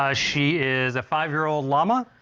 ah she is a five-year-old llama,